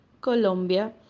Colombia